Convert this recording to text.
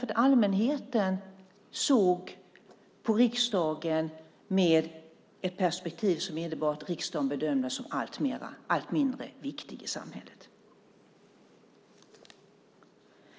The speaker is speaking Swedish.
Allmänheten såg på riksdagen i ett perspektiv som innebar att riksdagen bedömdes som allt mindre viktig i samhället.